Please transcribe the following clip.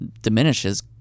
diminishes